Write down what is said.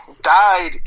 died